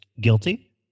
guilty